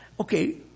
okay